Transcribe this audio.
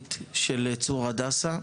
הכלכלית של צור הדסה?